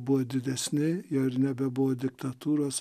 buvo didesni ir nebebuvo diktatūros